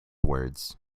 words